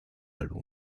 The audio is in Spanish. álbum